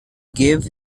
gave